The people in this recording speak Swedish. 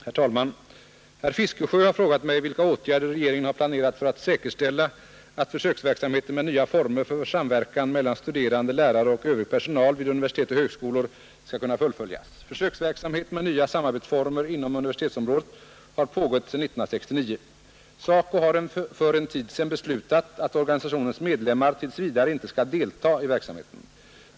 Herr talman! Herr Fiskesjö har frågat mig vilka åtgärder regeringen har planerat för att säkerställa att försöksverksamheten med nya former för samverkan mellan studerande, lärare och övrig personal vid universitet och högskolor skall kunna fullföljas. Försöksverksamhet med nya samarbetsformer inom universitetsområdet har pågått sedan 1969. SACO har för en tid sedan beslutat att organisationens medlemmar tills vidare inte skall delta i verksamheten.